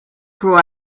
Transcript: grow